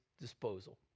disposal